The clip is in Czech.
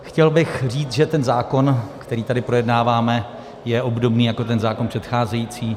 Chtěl bych říct, že ten zákon, který tady projednáváme, je obdobný jako ten zákon předcházející.